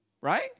right